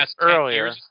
earlier